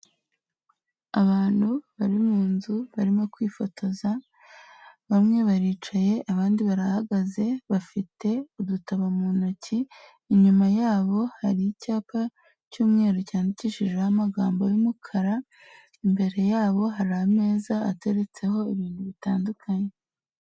Abantu bari mu nzu barimo kwifotoza bamwe baricaye abandi barahagaze bafite udutabo mu ntoki, inyuma yabo hari icyapa cy'umweru cyandikishijeho amagambo y'umukara imbere yabo hari ameza ateretseho ibintu bitandukanye.